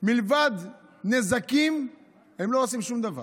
מלבד נזקים הם לא עושים שום דבר.